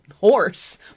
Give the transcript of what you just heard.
horse